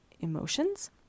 emotions